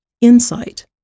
insight